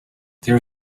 there